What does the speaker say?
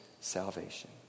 salvation